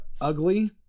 ugly